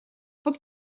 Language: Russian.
под